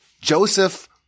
Joseph